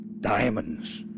Diamonds